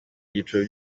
byiciro